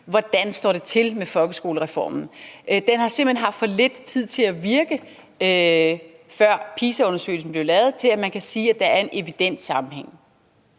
hvordan det står til med folkeskolereformen. Den har simpelt hen haft for lidt tid til at virke, før PISA-undersøgelsen blev lavet, til at man kan sige, at der er en evident sammenhæng.